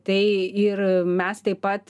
tai ir mes taip pat